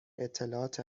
اطلاعات